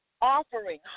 offering